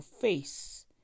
face